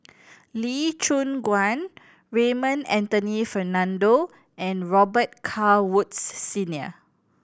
Lee Choon Guan Raymond Anthony Fernando and Robet Carr Woods Senior